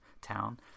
town